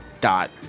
dot